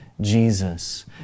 Jesus